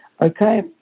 Okay